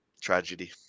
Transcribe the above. tragedy